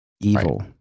evil